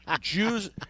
Jews